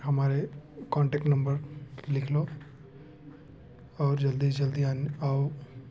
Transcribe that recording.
हमारे contact number लिख लो और जल्दी से जल्दी आन आओ